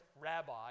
rabbi